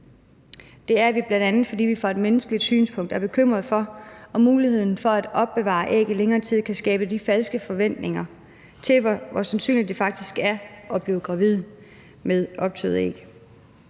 Det er vi bl.a., fordi vi fra et menneskeligt synspunkt er bekymrede for, om muligheden for at opbevare æg i længere tid kan skabe falske forventninger til, hvor sandsynligt det faktisk er at blive gravid med optøede æg.